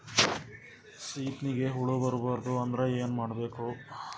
ಸೀತ್ನಿಗೆ ಹುಳ ಬರ್ಬಾರ್ದು ಅಂದ್ರ ಏನ್ ಮಾಡಬೇಕು?